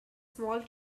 small